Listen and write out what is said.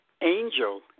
Angel